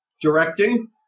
directing